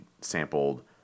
sampled